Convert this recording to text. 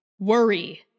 worry